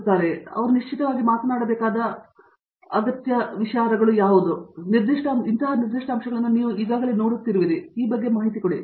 ಅಥವಾ ಅವರು ನಿಶ್ಚಿತವಾಗಿ ಮಾತನಾಡಬೇಕಾದ ಅಗತ್ಯತೆ ಇಲ್ಲದಿರುವ ಬಗ್ಗೆ ನಿಮಗೆ ತಿಳಿದಿರುವ ಕೆಲವು ನಿರ್ದಿಷ್ಟ ಅಂಶಗಳನ್ನು ನೀವು ನೋಡುತ್ತೀರಿ ಅಥವಾ ಹಾಗಿದ್ದರೆ ಅಂತಹ ವಿಷಯವನ್ನು ಹೊರಬರಲು ಅವರು ಹೇಗೆ ಹೋಗುತ್ತಾರೆ ಎಂಬುದು ನಿಮಗೆ ತಿಳಿದಿರುತ್ತದೆ